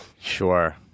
Sure